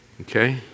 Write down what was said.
okay